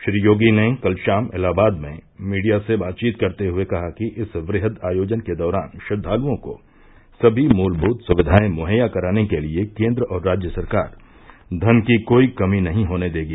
श्री योगी ने कल शाम इलाहाबाद में मीडिया से बातचीत करते हुए कहा कि इस वृह्द आयोजन के दौरान श्रद्वालुओं को सभी मूलभूत सुविघायें मुहैया कराने के लिए केन्द्र और राज्य सरकार धन की कोई कमी नहीं होने देगी